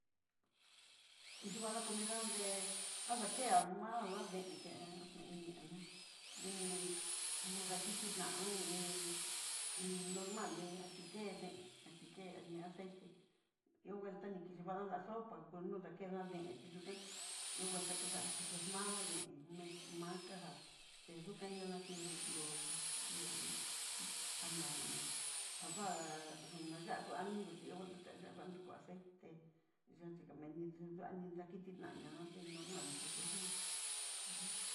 Kixhi vana comida ndé adaken dá má'a deen chié ñeinanoá, dini kú dakiti na nda ni'í hú normal ní ati'ó ken deen, tuken ndida aceite, ihó ngual tani kixhi nidva'a la sopa ku no xakená deen tiyuka igual takudá chixi madá deen me memakajá xhiduká nidá'a xhí lor ló jana java nayakó ndó xhí hó xhingual nayakó aceite yaxhí komeni dú du'a ni nakití na ñatí normal texheña uj.